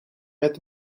met